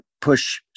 push